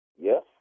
Yes